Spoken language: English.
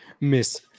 Miss